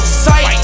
sight